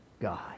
God